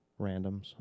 randoms